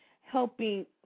helping